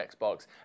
Xbox